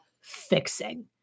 fixing